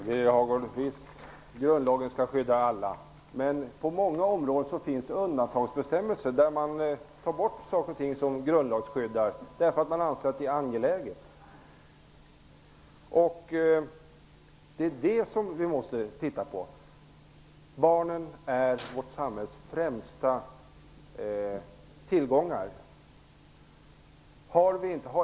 Herr talman! Visst skall grundlagen skydda alla, men på många områden finns det undantagsbestämmelser där man tagit bort saker och ting därför att man anser att det är angeläget. Barnen är vårt samhälles främsta tillgång.